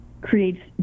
creates